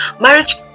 Marriage